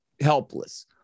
helpless